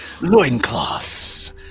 loincloths